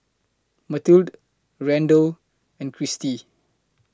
Mathilde Randell and Christie